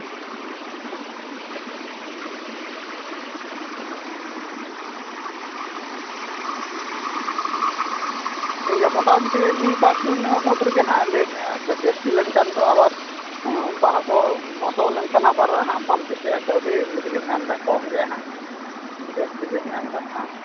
ᱴᱷᱤᱠᱜᱮᱭᱟ ᱢᱚᱴᱟᱢᱩᱴᱤ ᱢᱤᱫ ᱵᱟᱨ ᱫᱤᱱ ᱢᱩᱫ ᱨᱮᱜᱮ ᱦᱟᱸᱜ ᱞᱟᱹᱭ ᱢᱮ ᱡᱟᱥᱛᱤ ᱞᱮᱱᱠᱷᱟᱱ ᱫᱚ ᱟᱵᱟᱨ ᱵᱟᱦᱟ ᱠᱚ ᱢᱚᱸᱥᱚᱫ ᱞᱮᱱ ᱠᱷᱟᱱ ᱵᱟᱠᱷᱟᱱ ᱦᱟᱸᱜ ᱵᱟᱢ ᱠᱩᱥᱤᱭᱟᱜᱼᱟ ᱠᱟᱹᱣᱰᱤ ᱮᱢᱱᱤ ᱛᱮᱜᱮᱢ ᱧᱟᱢᱫᱟ ᱠᱚᱢ ᱜᱮᱭᱟ ᱦᱟᱸᱜ ᱡᱟᱥᱛᱤ ᱜᱮᱢ ᱢᱮᱱᱫᱟ ᱵᱟᱝ